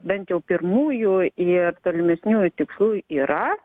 bent jau pirmųjų ir tolimesniųjų tikslų yra